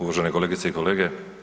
Uvažene kolegice i kolege.